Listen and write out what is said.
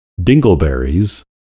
Dingleberries